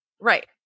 right